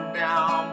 down